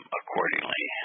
accordingly